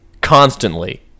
constantly